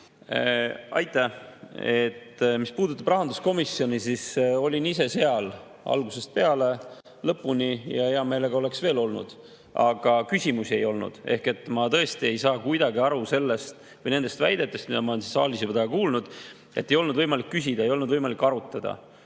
Aitäh! Mis puudutab rahanduskomisjoni, siis olin ise seal [koosoleku] algusest lõpuni ja hea meelega oleks veel olnud, aga küsimusi [rohkem] ei olnud. Ma tõesti ei saa kuidagi aru nendest väidetest, mida ma olen siin saalis juba täna kuulnud, et ei olnud võimalik küsida, ei olnud võimalik arutada.